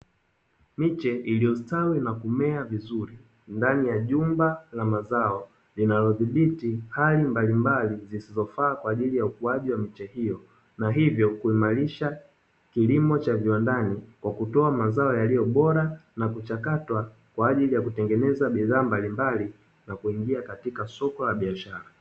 Mche iliyostawi na kumea vizuri ndani ya jumba la mazao inayodhibiti hali mbalimbali zisizofaa kwa ajili ya ukuaji wa miche hiyo, na hivyo kuimarisha kilimo cha viwandani kwa kutoa mazao yaliyo bora na kuchakatwa kwa ajili ya kutengeneza bidhaa mbalimbali na kuingia katika soko la biashara.